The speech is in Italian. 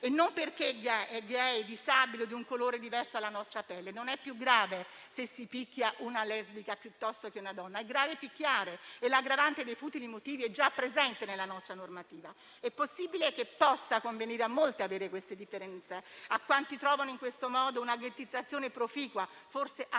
e non perché è *gay*, disabile o la sua pelle ha un colore diverso dalla nostra. Non è più grave, se si picchia una lesbica piuttosto che una donna. È grave picchiare e l'aggravante dei futili motivi è già presente nella nostra normativa. È possibile che convenga a molti avere queste differenze, a quanti trovano in questo modo una ghettizzazione proficua, forse anche